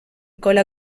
cola